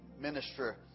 minister